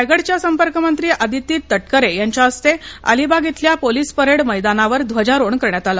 रायगडच्या संपर्कमंत्री अदिती तटकरे यांच्या हस्ते अलिबाग इथल्या पोलीस परेड मैदानावर ध्वजारोहण करण्यात आलं